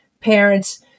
parents